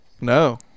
No